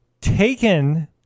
taken